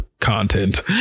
content